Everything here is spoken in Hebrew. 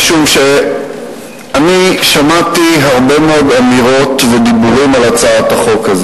משום ששמעתי הרבה מאוד אמירות ודיבורים על הצעת החוק,